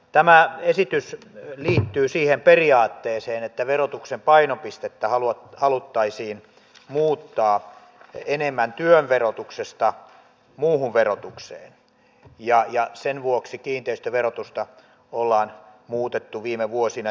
tämä esitys liittyy siihen periaatteeseen että verotuksen painopistettä haluttaisiin muuttaa enemmän työn verotuksesta muuhun verotukseen ja sen vuoksi kiinteistöverotusta ollaan muutettu viime vuosina